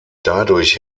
dadurch